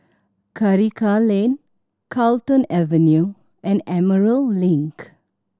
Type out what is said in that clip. Karikal Lane Carlton Avenue and Emerald Link